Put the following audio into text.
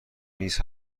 نیز